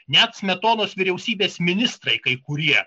net smetonos vyriausybės ministrai kai kurie